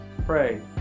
pray